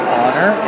honor